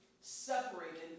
separated